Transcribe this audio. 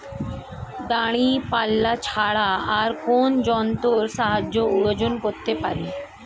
দাঁড়িপাল্লা ছাড়া আর কোন যন্ত্রের সাহায্যে ওজন করতে পারি?